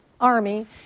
army